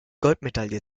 goldmedaille